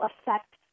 affect